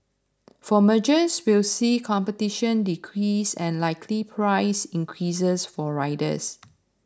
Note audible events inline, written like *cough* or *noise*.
for mergers will see competition decrease and likely price increases for riders *noise*